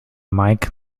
mike